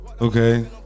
Okay